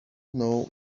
know